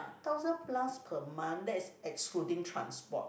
thousand plus per month that is excluding transport